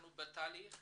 אנחנו בתהליך,